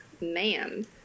ma'am